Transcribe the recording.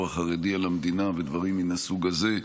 החרדי על המדינה ודברים מהסוג הזה.